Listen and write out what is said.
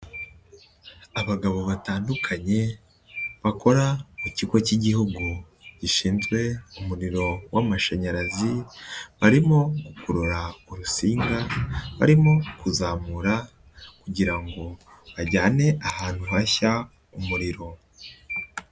Abagabo batandukanye bakora mu kigo cy'igihugu gishinzwe umuriro w'amashanyarazi barimo gukurura urusinga barimo kuzamura kugira ngo bajyane ahantu hashya umuriro.